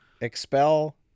Expel